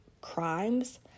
crimes